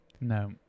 No